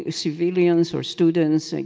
ah civilians or students, like